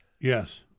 Yes